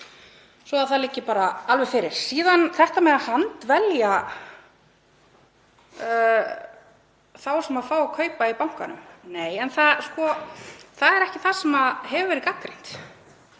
svo það liggi alveg fyrir. Síðan þetta með að handvelja þá sem fá að kaupa í bankanum. Það er ekki það sem hefur verið gagnrýnt.